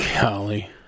Golly